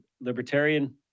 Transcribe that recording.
libertarian